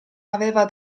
aveva